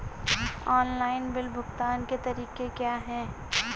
Online bill भुगतान के तरीके क्या हैं?